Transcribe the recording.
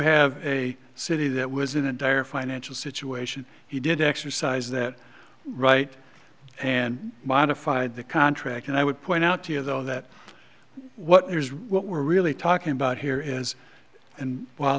have a city that was in a dire financial situation he didn't exercise that right and modified the contract and i would point out to you though that what there's real what we're really talking about here is and while